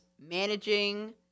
managing